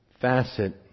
facet